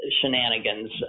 shenanigans